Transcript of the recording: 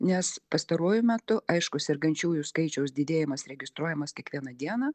nes pastaruoju metu aišku sergančiųjų skaičiaus didėjimas registruojamas kiekvieną dieną